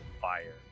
fire